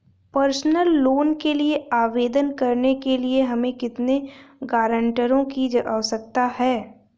Personal loan के लिए आवेदन करने के लिए हमें कितने गारंटरों की आवश्यकता है?